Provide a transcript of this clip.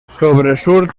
sobresurt